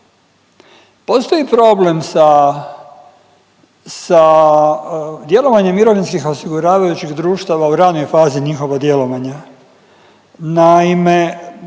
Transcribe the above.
postoji problem sa, sa djelovanjem mirovinskih osiguravajućih društava u ranijoj fazi njihova djelovanja. Naime,